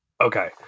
Okay